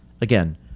Again